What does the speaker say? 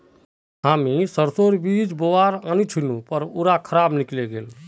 हामी सरसोर बीज बोवा आनिल छिनु पर उटा खराब निकल ले